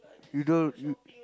you don't you